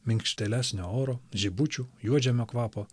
minkštelesnio oro žibučių juodžemio kvapo